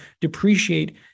depreciate